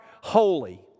holy